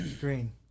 Green